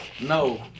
No